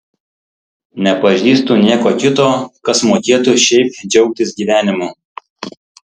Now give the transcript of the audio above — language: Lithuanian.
nepažįstu nieko kito kas mokėtų šiaip džiaugtis gyvenimu